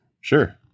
Sure